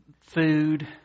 food